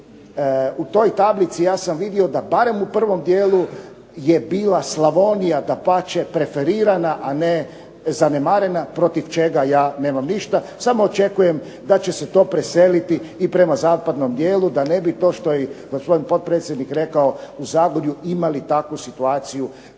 u toj tablici ja sam vidio da u prvom dijelu je bila Slavonija dapače preferirana a ne zanemarena, protiv čega ja nemam ništa. Samo očekujem da će se to preseliti i prema zapadnom dijelu da ne bi to što je gospodin potpredsjednik rekao u Zagorju imali takvu situaciju